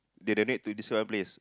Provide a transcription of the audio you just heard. they donate to this well place